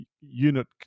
unit